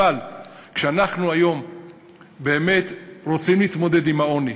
אבל כשאנחנו היום באמת רוצים להתמודד עם העוני,